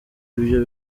ibyo